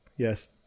Yes